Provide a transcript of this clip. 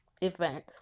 event